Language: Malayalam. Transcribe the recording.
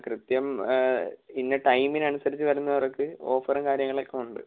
കൃത്യം ഇന്ന ടൈമിനനുസരിച്ച് വരുന്നവർക്ക് ഓഫറും കാര്യങ്ങളൊക്കെ ഉണ്ട്